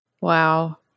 Wow